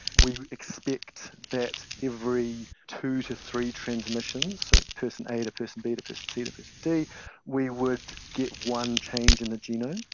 we expect that every two to three transmissions so person a to person b to person c to person d we would get one change in the genome.